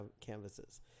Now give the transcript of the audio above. canvases